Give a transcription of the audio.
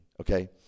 okay